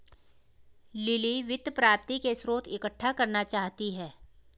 lily वित्त प्राप्ति के स्रोत इकट्ठा करना चाहती है